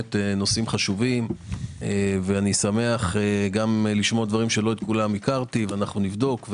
באמת נושאים חשובים ואני שמח לשמוע דברים שלא את כולם הכרתי ונבדוק.